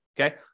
okay